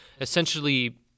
essentially